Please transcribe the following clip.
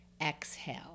Exhale